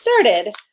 started